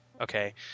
Okay